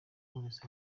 knowless